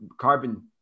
carbon